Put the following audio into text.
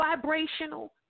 vibrational